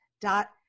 dot